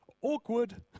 Awkward